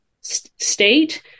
state